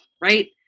right